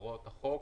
הוראות החוק,